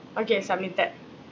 okay submitted